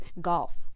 golf